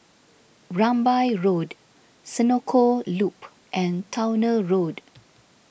Rambai Road Senoko Loop and Towner Road